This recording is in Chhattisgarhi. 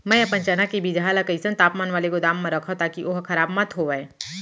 मैं अपन चना के बीजहा ल कइसन तापमान वाले गोदाम म रखव ताकि ओहा खराब मत होवय?